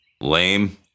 Lame